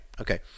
Okay